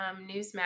Newsmax